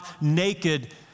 naked